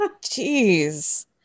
Jeez